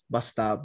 Basta